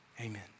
amen